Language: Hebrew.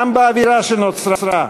גם באווירה שנוצרה,